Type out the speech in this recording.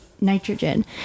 nitrogen